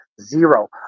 Zero